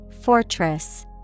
Fortress